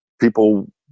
people